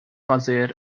fazer